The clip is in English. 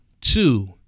Two